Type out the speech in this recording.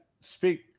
speak